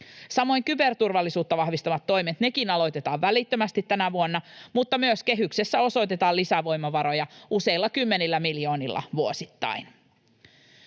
Samoin kyberturvallisuutta vahvistavat toimet, nekin aloitetaan välittömästi tänä vuonna, mutta myös kehyksessä osoitetaan lisävoimavaroja useilla kymmenillä miljoonilla vuosittain.